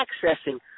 accessing